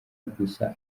gusa